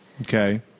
Okay